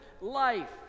life